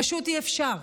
פשוט אי-אפשר.